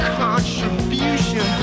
contribution